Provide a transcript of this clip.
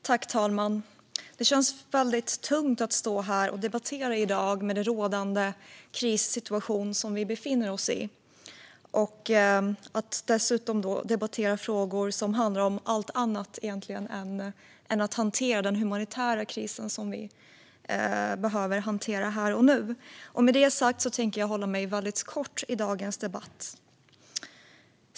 Fru talman! Det känns väldigt tungt att stå här och debattera i dag i den krissituation som vi befinner oss i. Dessutom debatterar vi frågor som handlar om egentligen allt annat än den humanitära kris som vi behöver hantera här och nu. Med det sagt tänker jag hålla mig väldigt kort i dagens debatt.